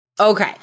Okay